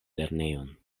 lernejon